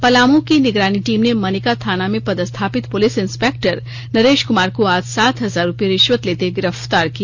पलामू की निगरानी टीम ने मनिका थाना में पदस्थापित पुलिस इंस्पेक्टर नरेश कुमार को आज सात हजार रुपए रिश्वत लेते गिरफतार किया